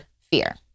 fear